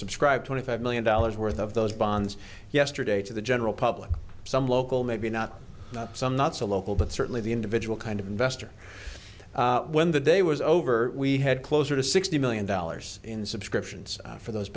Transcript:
subscribed twenty five million dollars worth of those bonds yesterday to the general public some local maybe not some not so local but certainly the individual kind of investor when the day was over we had closer to sixty million dollars in subscriptions for those